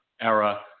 era